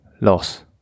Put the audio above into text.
loss